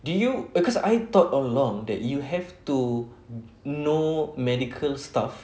do you because I thought all along that you have to know medical stuff